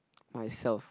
myself